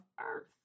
Earth